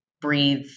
breathe